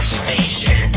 station